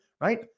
right